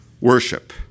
worship